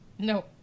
No